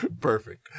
Perfect